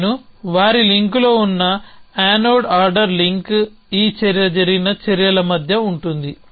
నేను వారి లింక్లో ఉన్న యానోడ్ ఆర్డర్ లింక్ఈ చర్య జరిగిన చర్యల మధ్య ఉంటుంది